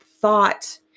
thought